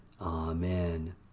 Amen